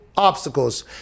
obstacles